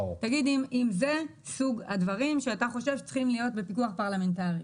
תגיד אם זה סוג הדברים שאתה חושב שצריכים להיות בפיקוח פרלמנטרי.